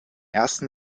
ersten